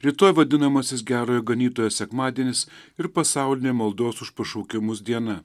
rytoj vadinamasis gerojo ganytojo sekmadienis ir pasaulinė maldos už pašaukimus diena